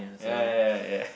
ya ya ya